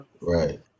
Right